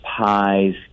pies